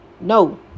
No